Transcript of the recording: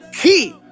key